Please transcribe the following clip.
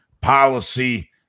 policy